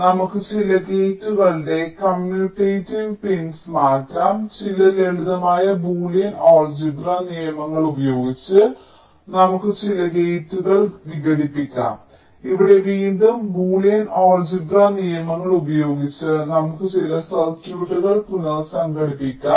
നമുക്ക് ചില ഗേറ്റുകളുടെ കമ്മ്യൂട്ടേറ്റീവ് പിൻകൾ മാറ്റാം ചില ലളിതമായ ബൂലിയൻ ആൾജിബ്ര നിയമങ്ങൾ ഉപയോഗിച്ച് നമുക്ക് ചില ഗേറ്റുകൾ വിഘടിപ്പിക്കാം ഇവിടെ വീണ്ടും ബൂളിയൻ ആൾജിബ്ര നിയമങ്ങൾ ഉപയോഗിച്ച് നമുക്ക് ചില സർക്യൂട്ടുകൾ പുനസംഘടിപ്പിക്കാം